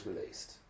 released